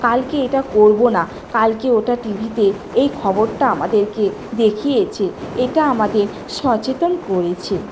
কালকে এটা করব না কালকে ওটা টিভিতে এই খবরটা আমাদেরকে দেখিয়েছে এটা আমাদের সচেতন করেছে